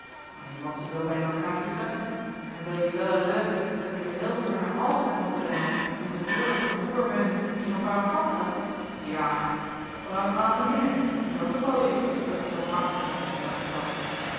maar je mot ze zoo bij een occasie treffen en wil je wel eleuven dat ik er heel veur naer alfen heb motten rijen omdat ik hoorde dat er een boer weunde die er een paer efokt had jao vraeg het maer aan meneer die zal ook wel weten dat het zoo gemakkelijk niet is in dat geval